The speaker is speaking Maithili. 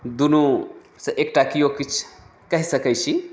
दुनूसँ एकटा केयो किछु कहि सकैत छी